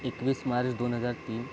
एकवीस मार्च दोन हजार तीन